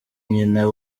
nyina